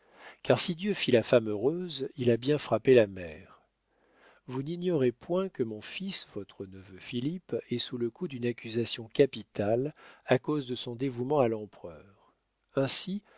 car si dieu fit la femme heureuse il a bien frappé la mère vous n'ignorez point que mon fils votre neveu philippe est sous le coup d'une accusation capitale à cause de son dévouement à l'empereur ainsi